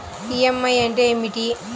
EMI అంటే ఏమిటి?